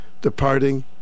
departing